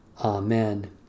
Amen